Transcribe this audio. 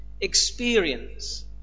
experience